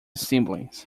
siblings